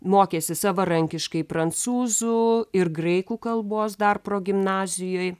mokėsi savarankiškai prancūzų ir graikų kalbos dar progimnazijoj